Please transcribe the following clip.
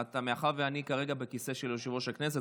מאחר שאני כרגע בכיסא של יושב-ראש הכנסת,